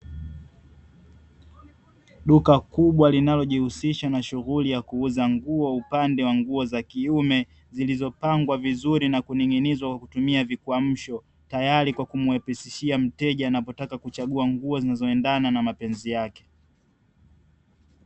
Duka kubwa linalojihusisha na uuzaji wa nguo kwa upande wa nguo za kiume zilizopangwa na kuning'inizwa vizuri, kutumia vikwamsho tayari kwa kumwepesishia mteja nakuweza kuchagua nguo zinazowndana na mapenzi yake.